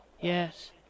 Yes